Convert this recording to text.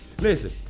listen